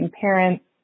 parents